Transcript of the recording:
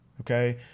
okay